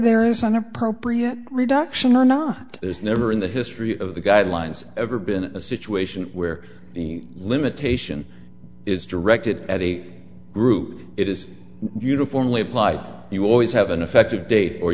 there is an appropriate reduction or not is never in the history of the guidelines ever been a situation where the limitation is directed at a group it is uniformly applied you always have an effective date or